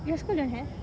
your school don't have